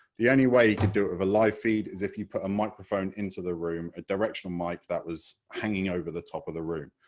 the only way you could do it with a live feed is if you put a microphone into the room, a directional mic that was hanging over the top of the room,